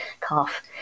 calf